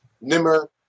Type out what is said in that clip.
Nimmer